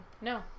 No